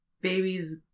babies